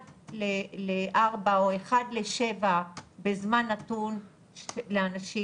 אחד לארבעה או אחד לשבעה בזמן נתון לאנשים,